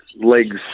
legs